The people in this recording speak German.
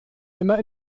immer